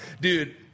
dude